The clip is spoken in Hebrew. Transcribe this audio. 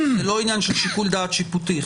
זה לא עניין של שיקול דעת שיפוטי.